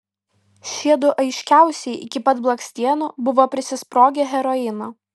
šiedu aiškiausiai iki pat blakstienų buvo prisisprogę heroino